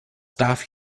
darf